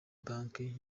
banki